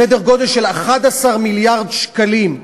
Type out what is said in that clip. סדר גודל של 11 מיליארד שקלים.